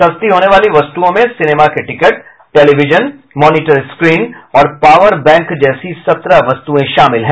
सस्ती होने वाली वस्तुओं में सिनेमा के टिकट टेलीविजन मॉनिटर स्क्रीन और पावर बैंक जैसी सत्रह वस्तुयें शामिल हैं